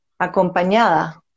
acompañada